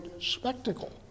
spectacle